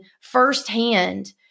firsthand